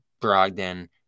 Brogdon